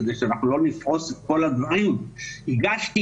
כדי שאנחנו לא נפרוס את כל הדברים הגשתי,